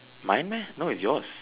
mine meh no it's yours